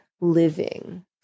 living